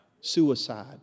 Suicide